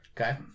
Okay